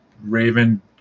Raven